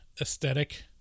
aesthetic